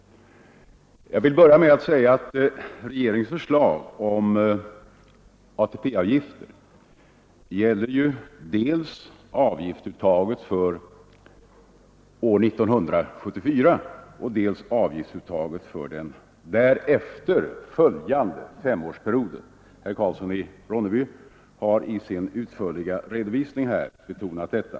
Jag vill börja med att säga att regeringens förslag om ATP-avgiften gäller dels avgiftsuttaget för år 1974, dels avgiftsuttaget för den därefter följande femårsperioden. Herr Karlsson i Ronneby har i sin utförliga redovisning betonat detta.